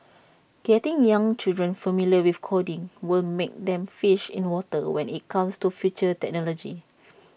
getting young children familiar with coding will make them fish in water when IT comes to future technology